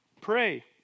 Pray